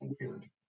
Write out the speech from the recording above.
weird